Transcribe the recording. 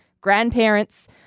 grandparents